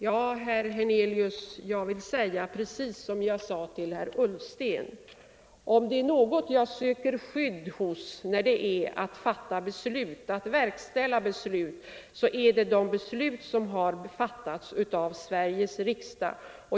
Ja, herr Hernelius jag vill säga precis som jag sade till herr Ullsten: Om det är något jag söker skydd hos när det gäller att verkställa beslut är det de beslut som har fattats i Sveriges riksdag.